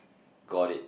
got it